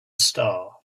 star